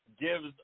gives